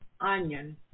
onion